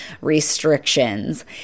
restrictions